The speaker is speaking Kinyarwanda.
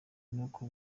n’uko